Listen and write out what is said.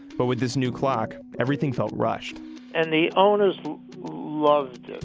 but with this new clock everything felt rushed and the owners loved it.